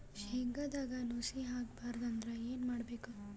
ಶೇಂಗದಾಗ ನುಸಿ ಆಗಬಾರದು ಅಂದ್ರ ಏನು ಮಾಡಬೇಕು?